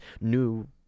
new